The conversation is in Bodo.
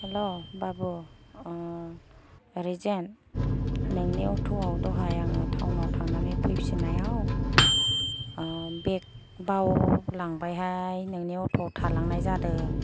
हेलौ बाबु रिजेन नोंनियाव अट'आव दहाय आङो टाउनआव थांनानै फैफिनायाव बेग बावलांबायहाय नोंनि अट'आव थालांनाय जादों